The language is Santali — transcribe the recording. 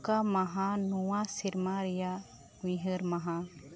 ᱚᱠᱟ ᱢᱟᱦᱟ ᱱᱚᱶᱟ ᱥᱮᱨᱢᱟ ᱨᱮᱭᱟᱜ ᱩᱭᱦᱟᱹᱨ ᱢᱟᱦᱟ